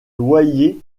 loyer